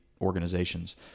organizations